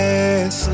Yes